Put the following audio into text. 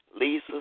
Lisa